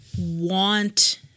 want